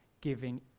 giving